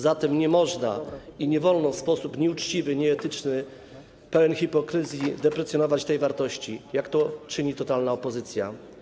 Zatem nie można, nie wolno w sposób nieuczciwy, nieetyczny, pełen hipokryzji deprecjonować tej wartości, jak to czyni totalna opozycja.